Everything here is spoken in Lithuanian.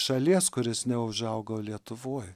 šalies kuris neužaugo lietuvoj